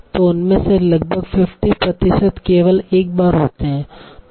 तो उनमें से लगभग 50 प्रतिशत केवल एक बार होते हैं